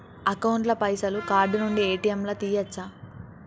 Account ల పైసల్ card నుండి ఏ.టి.ఎమ్ లా తియ్యచ్చా?